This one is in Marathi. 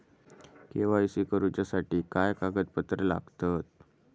के.वाय.सी करूच्यासाठी काय कागदपत्रा लागतत?